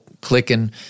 clicking